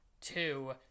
two